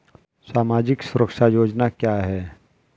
सामाजिक सुरक्षा योजना क्या है?